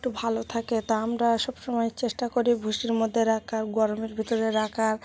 একটু ভালো থাকে তা আমরা সবসময় চেষ্টা করি ভুসির মধ্যে রাখার গরমের ভিতরে রাখার